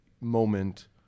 moment